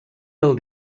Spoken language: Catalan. del